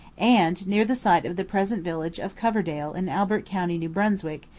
and near the site of the present village of coverdale in albert county, new brunswick,